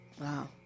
Wow